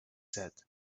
said